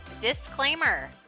Disclaimer